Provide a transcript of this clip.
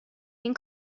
این